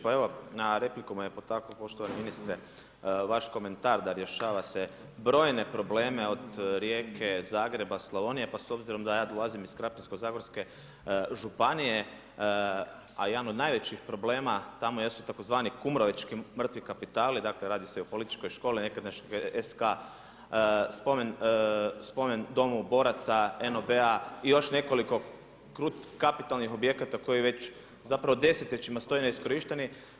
Pa evo na repliku me potaklo poštovani ministre vaš komentar da rješavate brojne probleme od Rijeke, Zagreba, Slavonije pa s obzirom da ja dolazim iz Krapinsko-zagorske županije, a jedan od najvećih problema tamo jesu tzv. kumrovečki mrtvi kapitali, dakle radi se o Političkoj školi nekadašnje SK, Spomen domu boraca NOB-a i još nekoliko kapitalnih objekata koji već zapravo desetljećima ne stoje iskorišteni.